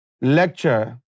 lecture